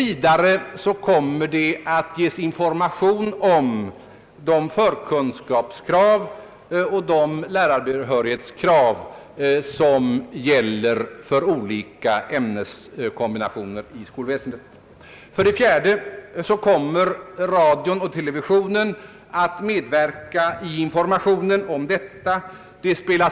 Vidare kommer att ges information om de förkunskapskrav och de lärarbehörighetskrav som gäller för olika ämneskombinationer i skolväsendet. För det fjärde kommer radion och televisionen att medverka i informationen om detta.